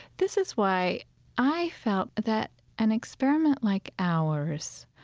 this is why i felt that an experiment like ours,